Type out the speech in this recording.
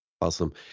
Awesome